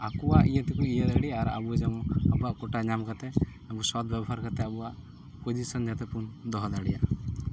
ᱟᱠᱚᱣᱟᱜ ᱤᱭᱟᱹ ᱛᱮᱠᱚ ᱤᱭᱟᱹ ᱫᱟᱲᱮᱜ ᱟᱨ ᱟᱵᱚ ᱡᱮᱢᱚᱱ ᱟᱵᱚᱣᱟᱜ ᱠᱳᱴᱟ ᱧᱟᱢ ᱠᱟᱛᱮ ᱟᱵᱚ ᱥᱚᱛ ᱵᱮᱵᱚᱦᱟᱨ ᱠᱟᱛᱮ ᱟᱵᱚᱣᱟᱜ ᱯᱚᱡᱤᱥᱮᱱ ᱡᱟᱛᱮ ᱵᱚᱱ ᱫᱚᱦᱚ ᱫᱟᱲᱮᱭᱟᱜ